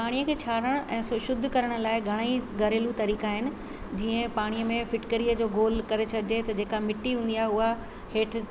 पाणीअ खे छाणण ऐं सु शुद्ध करण लाइ घणे ई घरेलू तरीक़ा आहिनि जीअं पाणीअ में फिटकरीअ जो गोल करे छॾिजे त जेका मिट्टी हूंदी आहे उहो हेठि